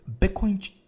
Bitcoin